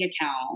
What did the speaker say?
account